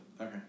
Okay